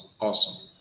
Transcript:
awesome